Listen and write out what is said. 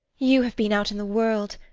you have been out in the world,